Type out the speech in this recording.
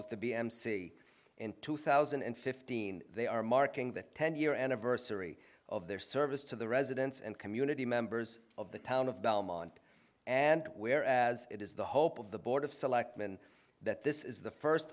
with the b m c in two thousand and fifteen they are marking the ten year anniversary of their service to the residents and community members of the town of belmont whereas it is the hope of the board of selectmen that this is the first